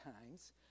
times